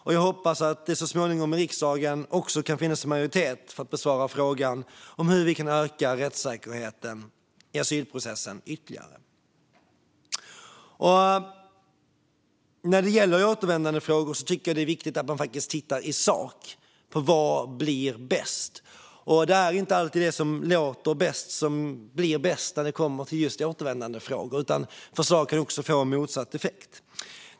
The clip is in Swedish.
Och jag hoppas att det så småningom också kan finnas en majoritet i riksdagen för att besvara frågan om hur vi kan öka rättssäkerheten i asylprocessen ytterligare. När det gäller återvändandefrågor tycker jag att det är viktigt att man tittar i sak på vad som blir bäst. Det är inte alltid det som låter bäst som blir bäst när det kommer till just återvändandefrågor. Förslag kan också få motsatt effekt.